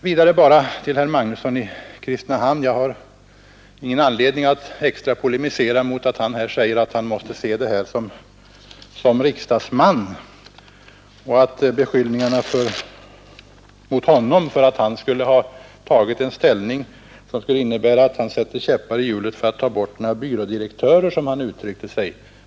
Jag har ingen anledning att polemisera mot att herr Magnusson i Kristinehamn säger att han måste se det här som riksdagsman och talar om beskyllningarna mot honom för att han skulle ha intagit en ställning som innebär att han sätter käppar i hjulet för att ta bort några byrådirektörer, som han uttryckte sig.